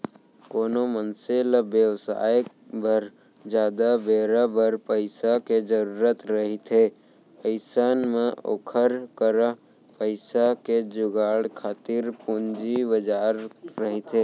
कोनो मनसे ल बेवसाय बर जादा बेरा बर पइसा के जरुरत रहिथे अइसन म ओखर करा पइसा के जुगाड़ खातिर पूंजी बजार रहिथे